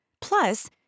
Plus